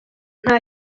ntacyo